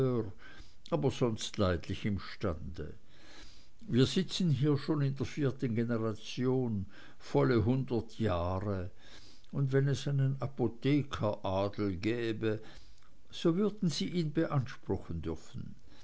aber sonst leidlich im stande wir sitzen hier schon in der vierten generation volle hundert jahre und wenn es einen apothekeradel gäbe so würden sie ihn beanspruchen dürfen